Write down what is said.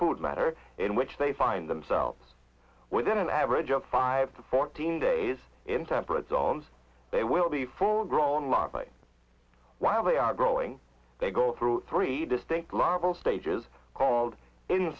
food matter in which they find themselves within an average of five to fourteen days in temperate zones they will be full grown lively while they are growing they go through three distinct larval stage is called in